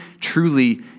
Truly